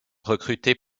recrutés